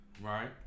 right